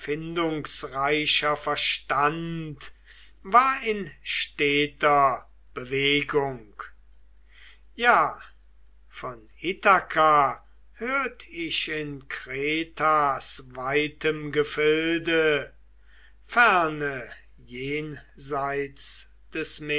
erfindungsreicher verstand war in steter bewegung ja von ithaka hört ich in kretas weitem gefilde ferne jenseits des